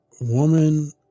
woman